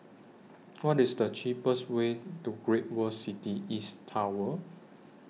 What IS The cheapest Way to Great World City East Tower